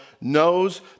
knows